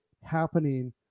happening